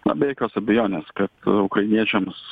na be jokios abejonės ka ukrainiečiams